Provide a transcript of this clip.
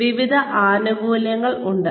അതിനാൽ വിവിധ ആനുകൂല്യങ്ങൾ ഉണ്ട്